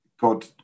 God